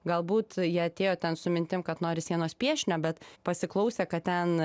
galbūt jie atėjo ten su mintim kad nori sienos piešinio bet pasiklausę kad ten